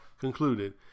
concluded